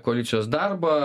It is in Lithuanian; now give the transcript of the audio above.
koalicijos darbą